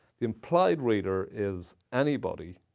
the implied reader is anybody